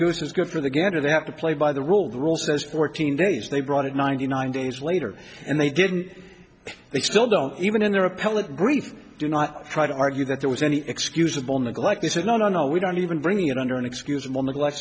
goose is good for the gander they have to play by the rule the rule says fourteen days they brought it ninety nine days later and they didn't they still don't even in their appellate grief do not try to argue that there was any excusable neglect they said no no we don't even bring it under inexcusable neglect